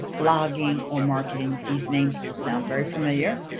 blogging, or marketing these names will sound very familiar.